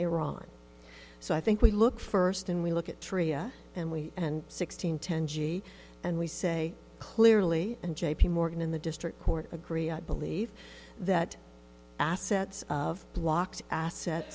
iran so i think we look first and we look at trade and we and sixteen ten and we say clearly and j p morgan in the district court agree i believe that assets of blocks asset